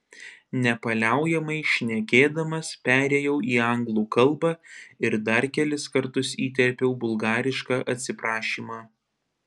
nepaliaujamai šnekėdamas perėjau į anglų kalbą ir dar kelis kartus įterpiau bulgarišką atsiprašymą